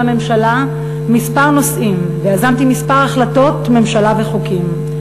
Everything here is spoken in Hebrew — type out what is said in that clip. הממשלה כמה נושאים ויזמתי כמה החלטות ממשלה וחוקים.